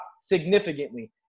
significantly